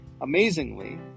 amazingly